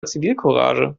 zivilcourage